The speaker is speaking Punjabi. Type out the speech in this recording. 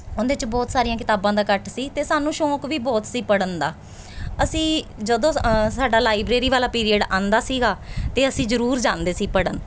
ਉਹਦੇ 'ਚ ਬਹੁਤ ਸਾਰੀਆਂ ਕਿਤਾਬਾਂ ਦਾ ਇਕੱਠ ਸੀ ਅਤੇ ਸਾਨੂੰ ਸ਼ੌਂਕ ਵੀ ਬਹੁਤ ਸੀ ਪੜ੍ਹਨ ਦਾ ਅਸੀਂ ਜਦੋਂ ਸ ਸਾਡਾ ਲਾਈਬ੍ਰੇਰੀ ਵਾਲਾ ਪੀਰੀਅਡ ਆਉਂਦਾ ਸੀਗਾ ਤਾਂ ਅਸੀਂ ਜ਼ਰੂਰ ਜਾਂਦੇ ਸੀ ਪੜ੍ਹਨ